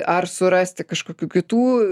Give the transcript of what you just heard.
ar surasti kažkokių kitų